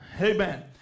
Amen